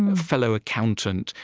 and fellow accountant,